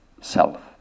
self